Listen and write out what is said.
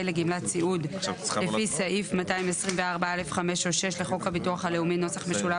לגמלת סיעוד לפי סעיף 224(א)(5) או (6) לחוק הביטוח הלאומי (נוסח משולב),